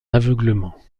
aveuglement